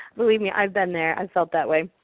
believe me, i've been there. i've felt that way.